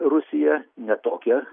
rusiją ne tokią